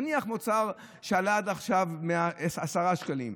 נניח מוצר שעלה עד עכשיו 10 שקלים,